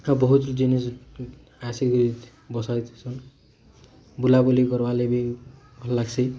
ପୁରା ବହୁଟେ ଜିନିଷ୍ ଆସିକି ବସାଯାଇ ଥିସନ୍ ବୁଲାବୁଲି କର୍ବାର୍ ଲାଗି ବି ଭଲ୍ ଲାଗ୍ସି